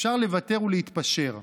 אפשר לוותר ולהתפשר,